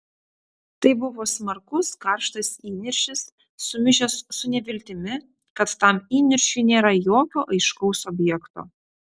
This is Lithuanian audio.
tai buvo smarkus karštas įniršis sumišęs su neviltimi kad tam įniršiui nėra jokio aiškaus objekto